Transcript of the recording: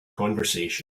conversation